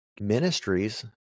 ministries